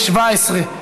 43 תומכים,